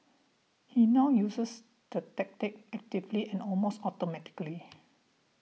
he now uses the technique actively and almost automatically